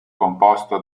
composto